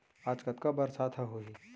आज कतका बरसात ह होही?